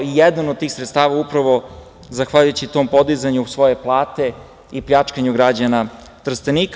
Jedno od tih sredstava upravo je zahvaljujući tom podizanju svoje plate i pljačkanju građana Trstenika.